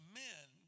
men